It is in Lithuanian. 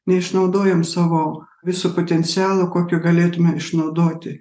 neišnaudojom savo visų potencialo kokiu galėtume išnaudoti